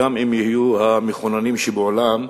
גם אם יהיו המחוננים שבעולם,